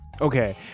Okay